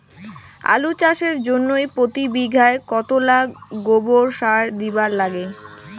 আলু চাষের জইন্যে প্রতি বিঘায় কতোলা গোবর সার দিবার লাগে?